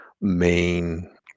main